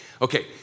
Okay